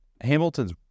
Hamilton's